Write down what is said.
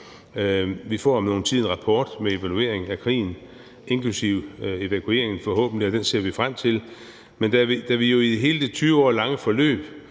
Vi får om nogen tid en rapport med evaluering af krigen, inklusive evakueringen, forhåbentlig, og den ser vi frem til. Men da vi i hele det 20 år lange forløb,